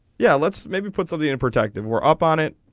yeah let's maybe put something in protective were up on it.